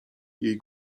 jej